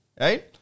Right